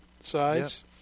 size